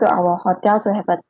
to our hotel to have a